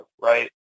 Right